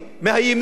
מאיימים,